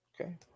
Okay